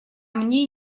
мне